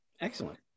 Excellent